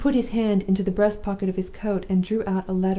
he put his hand into the breast-pocket of his coat, and drew out a letter.